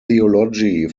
theology